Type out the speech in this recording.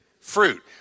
Fruit